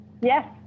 Yes